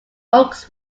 oaks